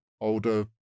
older